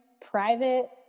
private